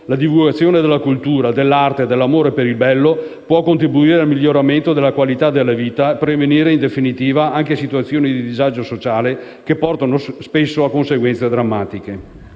la divulgazione della cultura, dell'arte e dell'amore per il bello può contribuire al miglioramento della qualità della vita e prevenire in definitiva anche situazioni di disagio sociale, che portano spesso a conseguenze drammatiche.